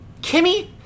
Kimmy